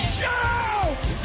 Shout